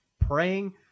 praying